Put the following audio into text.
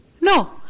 No